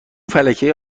فلکه